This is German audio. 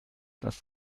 das